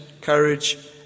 courage